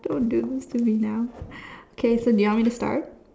don't do this to me now K so do you want me to start